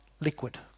liquid